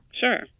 Sure